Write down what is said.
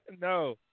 No